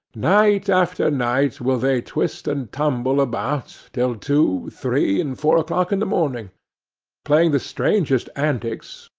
night after night will they twist and tumble about, till two, three, and four o'clock in the morning playing the strangest antics,